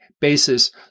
basis